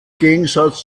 gegensatz